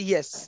Yes